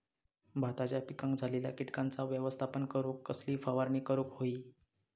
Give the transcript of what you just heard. भाताच्या पिकांक झालेल्या किटकांचा व्यवस्थापन करूक कसली फवारणी करूक होई?